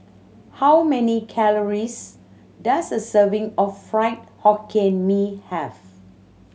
how many calories does a serving of Fried Hokkien Mee have